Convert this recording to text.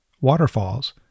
waterfalls